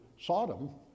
Sodom